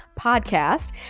podcast